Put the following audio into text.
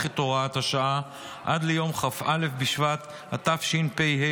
את הוראת השעה עד ליום כ"א בשבט התשפ"ה,